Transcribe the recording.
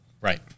right